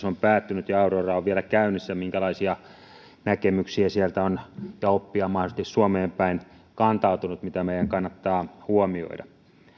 on päättynyt ja aurora on vielä käynnissä minkälaisia näkemyksiä ja mitä oppia sieltä on mahdollisesti suomeen päin kantautunut siitä mitä meidän kannattaa huomioida